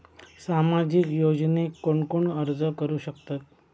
सामाजिक योजनेक कोण कोण अर्ज करू शकतत?